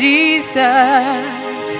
Jesus